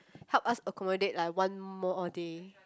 help us accommodate like one more day